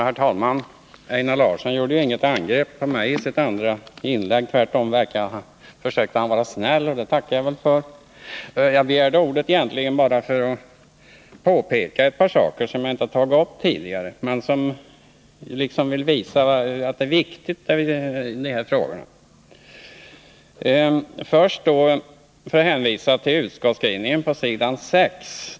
Herr talman! Einar Larsson angrep inte mig i sitt andra inlägg. Tvärtom försökte han vara snäll, och det tackar jag för. Jag begärde egentligen ordet för att ta upp ett par saker som jag inte berörde tidigare men som är viktiga i det här sammanhanget. Jag vill först hänvisa till utskottets skrivning på s. 6.